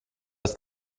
ist